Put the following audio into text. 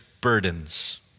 burdens